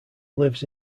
lives